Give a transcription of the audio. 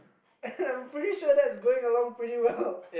I'm pretty sure that's going along pretty well